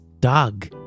dog